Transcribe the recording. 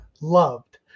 loved